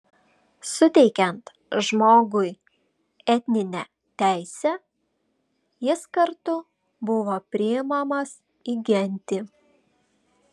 suteikiant žmogui etninę teisę jis kartu buvo priimamas į gentį